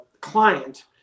client